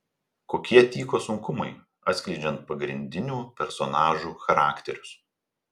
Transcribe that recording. kokie tyko sunkumai atskleidžiant pagrindinių personažų charakterius